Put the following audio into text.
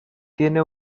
tiene